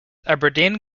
aberdeen